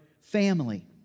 family